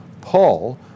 Paul